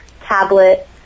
tablet